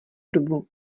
dobu